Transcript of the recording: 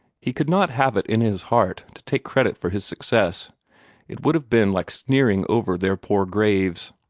he could not have it in his heart to take credit for his success it would have been like sneering over their poor graves.